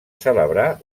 celebrar